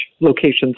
locations